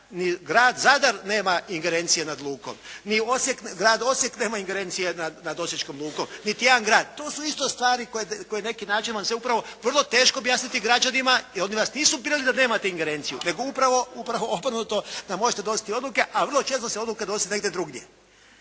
ni grad Zadar nema ingerencije nad lukom, ni grad Osijek nema ingerencije nad osječkom lukom, niti jedan grad. To su isto stvari koje na neki način vam se upravo teško objasniti građanima. Jer oni vas nisu birali da nemate ingerenciju, nego upravo obrnuto, da možete donositi odluke a vrlo često se odluke donose negdje drugdje.